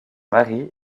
mari